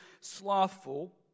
slothful